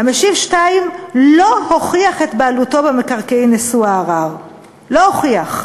"המשיב 2 לא הוכיח את בעלותו במקרקעין נשוא הערר"; לא הוכיח.